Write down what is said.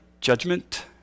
judgment